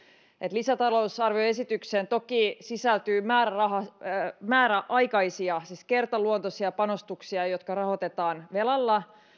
lisätalousarvioesitykseen toki sisältyy määräaikaisia siis kertaluontoisia panostuksia jotka rahoitetaan velalla